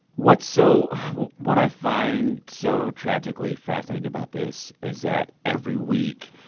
what so what i find so tragically fascinating about this is that every week,